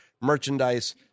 merchandise